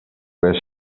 where